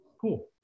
Cool